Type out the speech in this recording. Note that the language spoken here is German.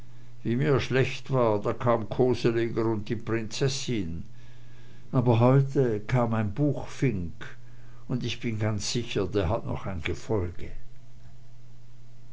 wie mir schlecht war da kam koseleger und die prinzessin aber heute kam ein buchfink und ich bin ganz sicher der hat noch ein gefolge